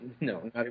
no